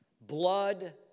blood